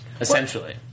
essentially